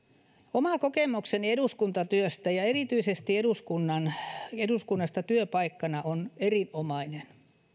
oma kokemukseni eduskuntatyöstä ja erityisesti eduskunnasta työpaikkana on erinomainen